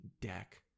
deck